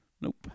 Nope